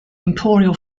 imperial